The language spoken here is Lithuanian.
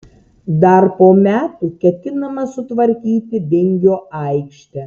dar po metų ketinama sutvarkyti vingio aikštę